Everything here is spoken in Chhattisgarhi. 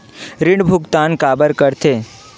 ऋण भुक्तान काबर कर थे?